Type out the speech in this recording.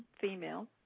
Female